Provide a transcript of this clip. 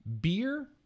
beer